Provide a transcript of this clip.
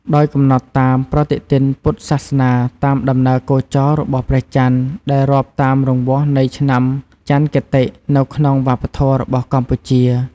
ដោយកំណត់តាមប្រតិទិនពុទ្ធសាសនាតាមដំណើរគោចររបស់ព្រះចន្ទ ដែលរាប់តាមរង្វាស់នៃឆ្នាំចន្ទគតិ នៅក្នុងវប្បធម៌របស់កម្ពុជា។